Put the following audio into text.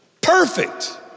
Perfect